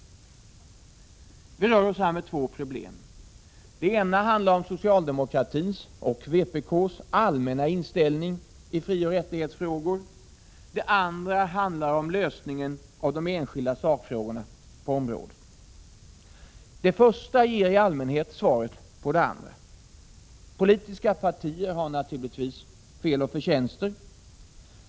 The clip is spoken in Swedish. Vi rör oss här med två problem. Det ena handlar om socialdemokratins — och vpk:s — allmänna inställning i frioch rättighetsfrågor. Det andra handlar om lösningen av de enskilda sakfrågorna på området. Det första ger i allmänhet svaret på det andra. Politiska partier har naturligtvis fel och förtjänster.